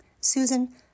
Susan